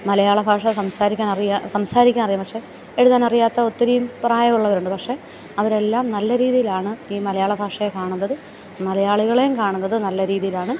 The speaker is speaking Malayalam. മലയാളഭാഷ സംസാരിക്കാൻ അറിയം സംസാരിക്കാൻ അറിയണം പക്ഷേ എഴുതാൻ അറിയാത്ത ഒത്തിരി പ്രായമുള്ളവർ ഉണ്ട് പക്ഷേ അവർ എല്ലാം നല്ല രീതിയിലാണ് ഈ മലയാളഭാഷയെ കാണുന്നത് മലയാളികളെയും കാണുന്നത് നല്ല രീതിയിൽ ആണ്